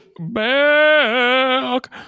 Back